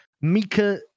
Mika